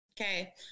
Okay